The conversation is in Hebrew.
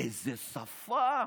איזו שפה?